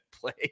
play